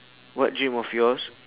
what dream of yours